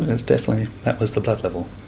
it's definitely, that was the blood level.